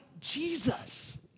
Jesus